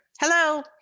Hello